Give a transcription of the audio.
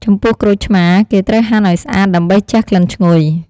ចំពោះក្រូចឆ្មា គេត្រូវហាន់ឱ្យស្អាត ដើម្បីជះក្លិនឈ្ងុយ។